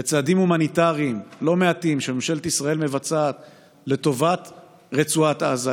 צעדים הומניטריים לא מעטים שממשלת ישראל מבצעת לטובת רצועת עזה,